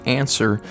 answer